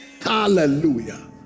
Hallelujah